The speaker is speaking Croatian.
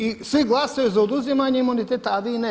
I svi glasaju za oduzimanje imuniteta a vi ne.